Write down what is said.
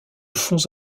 fonds